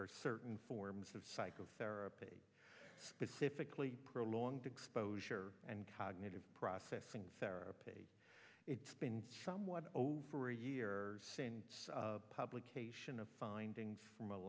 are certain forms of psychotherapy specifically prolonged exposure and cognitive processing therapy it's been somewhat over a year since publication of findings from a